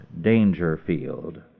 Dangerfield